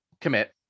commit